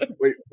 wait